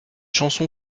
chanson